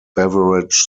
beverage